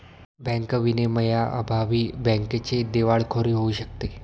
bank विनियमांअभावी बँकेची दिवाळखोरी होऊ शकते